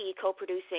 co-producing